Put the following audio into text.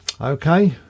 okay